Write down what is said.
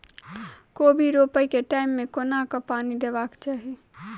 कोबी रोपय केँ टायम मे कोना कऽ पानि देबाक चही?